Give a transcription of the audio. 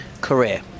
career